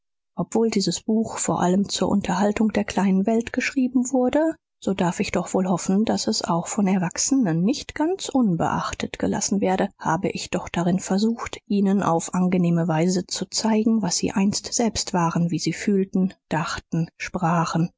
obwohl dies buch vor allem zur unterhaltung der kleinen welt geschrieben wurde so darf ich doch wohl hoffen daß es auch von erwachsenen nicht ganz unbeachtet gelassen werde habe ich doch darin versucht ihnen auf angenehme weise zu zeigen was sie einst selbst waren wie sie fühlten dachten sprachen